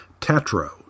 Tatro